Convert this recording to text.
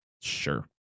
Sure